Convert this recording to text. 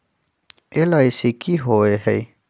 LIC की होअ हई?